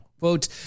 Quote